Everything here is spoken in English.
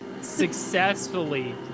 successfully